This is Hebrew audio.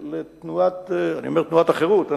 אני אומר תנועת החרות,